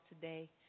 today